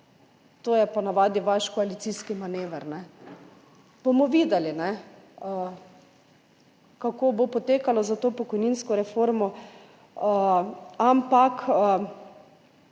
To je po navadi vaš koalicijski manever. Bomo videli, kako bo potekalo za to pokojninsko reformo. Ne